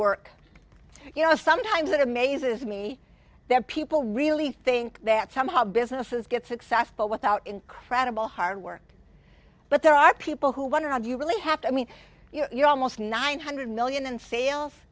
work you know sometimes it amazes me that people really think that somehow businesses get successful without incredible hard work but there are people who wonder how do you really have to i mean you're almost nine hundred million in sales